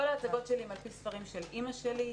כל ההצגות שלי זה על פי ספרים של אמא שלי,